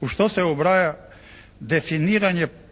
u što se ubraja definiranje paketa